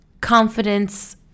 confidence